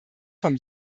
vom